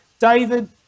David